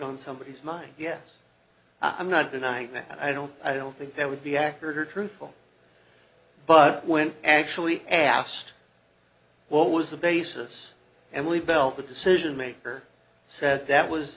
on somebodies mind yes i'm not denying that i don't i don't think that would be accurate or truthful but when actually asked what was the basis and we felt the decision maker said that was